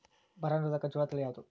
ಬರ ನಿರೋಧಕ ಜೋಳ ತಳಿ ಯಾವುದು?